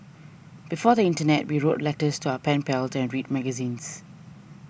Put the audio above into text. before the internet we wrote letters to our pen pals and read magazines